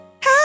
Hey